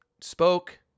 spoke